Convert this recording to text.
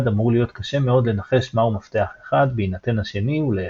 אמור להיות קשה מאוד לנחש מהו מפתח אחד בהינתן השני ולהפך.